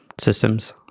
systems